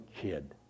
kid